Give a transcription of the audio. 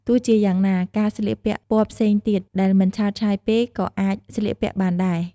ទោះជាយ៉ាងណា ការស្លៀកពាក់ពណ៌ផ្សេងទៀតដែលមិនឆើតឆាយពេក ក៏អាចស្លៀកពាក់បានដែរ។